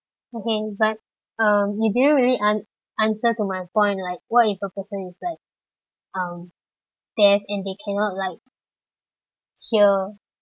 okay but um you didn't really an~ answer to my point like what if a person is like um deaf and they cannot like hear